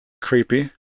Creepy